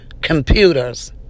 computers